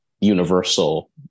universal